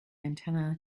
antenna